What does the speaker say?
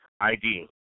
ID